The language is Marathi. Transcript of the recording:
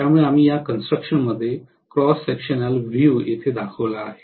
त्यामुळे आम्ही या कन्स्ट्रकशन मध्ये क्रॉस सेक्शनल व्ह्यू इथे दाखवला आहे